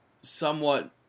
somewhat